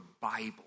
Bible